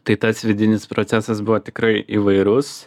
tai tas vidinis procesas buvo tikrai įvairus